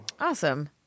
Awesome